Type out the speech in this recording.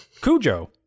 Cujo